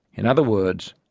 in other words,